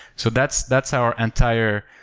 so that's that's our entire